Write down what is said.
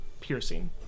piercing